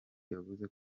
yavuze